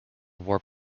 war